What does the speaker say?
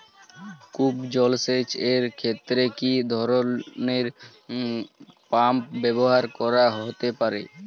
কূপ জলসেচ এর ক্ষেত্রে কি ধরনের পাম্প ব্যবহার করা যেতে পারে?